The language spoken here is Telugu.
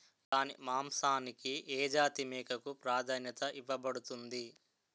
దాని మాంసానికి ఏ జాతి మేకకు ప్రాధాన్యత ఇవ్వబడుతుంది?